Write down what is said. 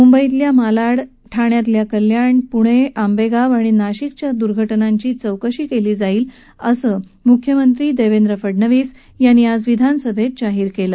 मुंबईतल्या मालाड ठाण्यातल्या कल्याण पुणे आंबेगाव आणि नाशिकच्या दुर्घटनांची चौकशी केली जाईल असं मुख्यमंत्री देवेंद्र फडणवीस यांनी आज विधानसभेत जाहीर केलं